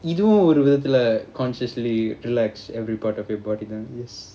இதுஒருவிதத்துல:ithu oru vithadhula consciously relax every part of your body then yes